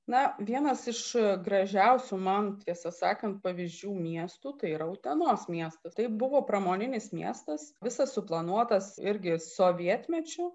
na vienas iš gražiausių man tiesą sakant pavyzdžių miestų tai yra utenos miesto tai buvo pramoninis miestas visas suplanuotas irgi sovietmečiu